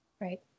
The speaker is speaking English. Right